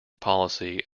policy